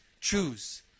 choose